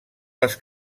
les